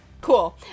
Cool